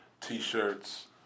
T-shirts